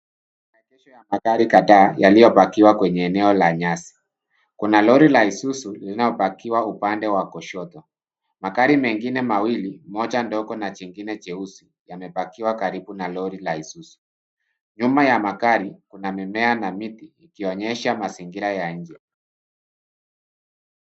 Maegesho ya magari kadhaa yaliyopakiwa kwenye eneo la nyasi. Kuna lori la Isuzu linalopakiwa upande wa kushoto. Magari mengine mawili, moja dogo na jingine jeusi, yamepakiwa karibu na lori la Isuzu. Nyuma ya magari kuna mimea na miti ikionyesha mazingira ya nje.